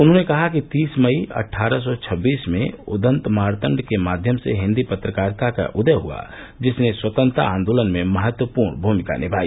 उन्होंने कहा कि तीस मई अट्ठारह सौ छब्बीस में उदंत मार्तड के माध्यम से हिन्दी पत्रकारिता का उदय हुआ जिसने स्वतंत्रता आन्दोलन में महत्वपूर्ण भूमिका निमाई